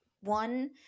one